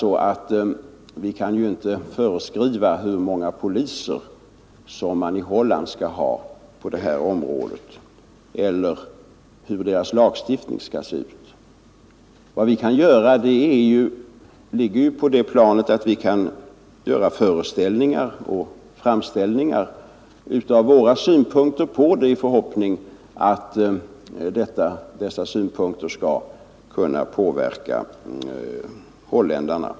Vi kan ju inte föreskriva hur många poliser de skall ha på det här området i Holland eller hur deras lagstiftning skall se ut. Våra tillfällen till insatser ligger på det planet att vi kan göra föreställningar och framställningar för att ge våra synpunkter i förhoppning att dessa synpunkter skall kunna påverka holländarna.